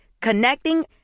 Connecting